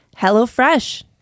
HelloFresh